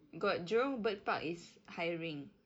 got jurong bird park is hiring